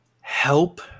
help